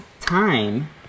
time